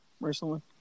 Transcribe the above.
recently